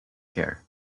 care